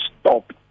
stop